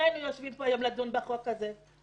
לא היינו יושבים פה היום לדון בחוק הזה.